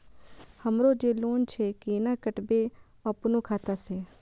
हमरो जे लोन छे केना कटेबे अपनो खाता से?